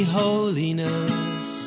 holiness